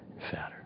fatter